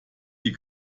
die